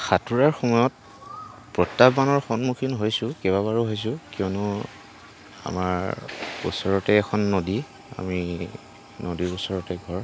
সাঁতোৰাৰ সময়ত প্ৰত্যাহ্বানৰ সন্মুখীন হৈছোঁ কেইবাবাৰো হৈছো কিয়নো আমাৰ ওচৰতে এখন নদী আমি নদীৰ ওচৰতে ঘৰ